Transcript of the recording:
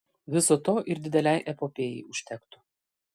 viso to ir didelei epopėjai užtektų